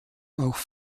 auch